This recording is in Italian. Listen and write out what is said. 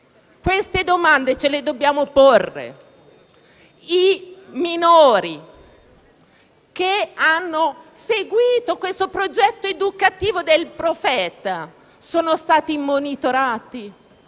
Queste domande ce le dobbiamo porre. I minori che hanno seguito questo progetto educativo del «profeta» sono stati monitorati?